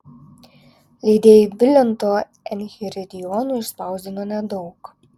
leidėjai vilento enchiridionų išspausdino nedaug